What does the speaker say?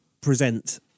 present